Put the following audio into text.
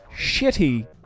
shitty